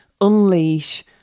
unleash